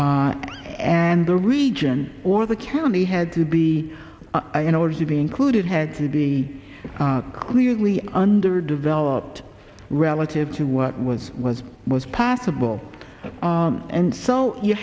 y and the region or the county had to be in order to be included had to be clearly underdeveloped relative to what was was was possible and so you